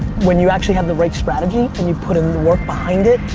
when you actually have the right strategy and you put in the work behind it,